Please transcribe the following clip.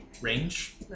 range